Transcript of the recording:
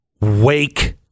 Wake